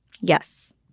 Yes